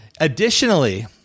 Additionally